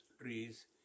trees